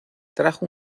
trajo